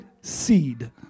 seed